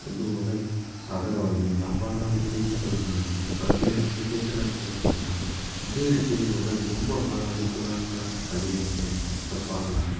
ಒಂದು ಮೊಬೈಲ್ ಸಾಧನವಾಗಿದೆ ವ್ಯಾಪಾರ ಉತ್ತೇಜಿಸೋದೆ ಇರೋದು ಆನ್ಲೈನ್ ಅಪ್ಲಿಕೇಶನ್ ಹಾಕಿದ್ದಾಗಿರ್ಬೋದು ಇದೇ ರೀತಿಯಲ್ಲಿ ಮೊಬೈಲ್ ತುಂಬ ಭಾಳ ಅನುಕೂಲಕರ ಆಗಿದೆ ಅಂತ ಹೇಳಿದರೆ ತಪ್ಪಾಗಲಾರದು